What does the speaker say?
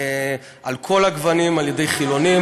על כל הגוונים, על-ידי חילונים.